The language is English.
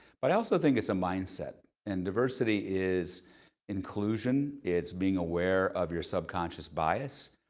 but i also think it's a mindset, and diversity is inclusion, it's being aware of your subconscious bias,